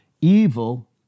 evil